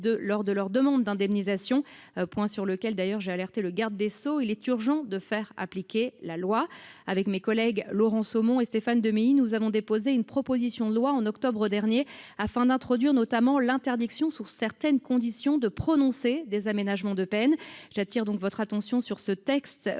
lors de leur demande d’indemnisation, point sur lequel j’ai d’ailleurs alerté le garde des sceaux, il est urgent de faire appliquer la loi. Avec mes collègues Laurent Somon et Stéphane Demilly, nous avons déposé une proposition de loi en octobre dernier, notamment afin d’interdire, sous certaines conditions, de prononcer des aménagements de peine. J’attire votre attention sur ce texte